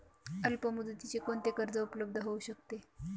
अल्पमुदतीचे कोणते कर्ज उपलब्ध होऊ शकते?